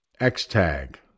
X-Tag